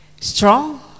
strong